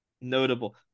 notable